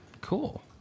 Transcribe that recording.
Cool